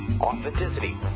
Authenticity